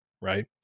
right